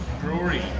brewery